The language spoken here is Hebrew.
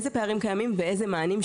באמת איזה פערים קיימים ואיזה מענים יש.